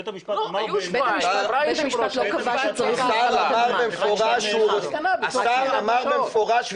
בית המשפט אמר --- בית המשפט לא קבע שצריך ל --- השר אמר במפורש,